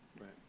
Right